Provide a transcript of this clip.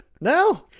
No